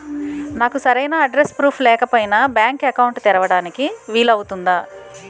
నాకు సరైన address proof లేకపోయినా బ్యాంక్ అకౌంట్ తెరవడానికి వీలవుతుందా?